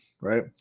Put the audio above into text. right